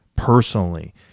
Personally